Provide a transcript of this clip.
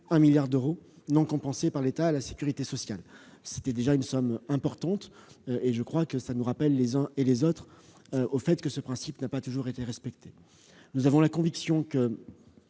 1 milliard d'euros non compensés par l'État à la sécurité sociale- c'était donc déjà une somme importante. Tout cela pour rappeler aux uns aux autres que ce principe n'a pas toujours été respecté. Nous avons la conviction que